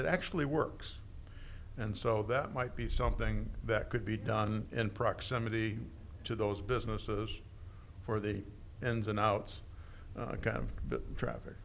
it actually works and so that might be something that could be done in proximity to those businesses for the ends and outs of traffic